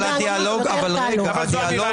זאת אומרת